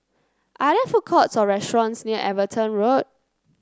are there food courts or restaurants near Everton Road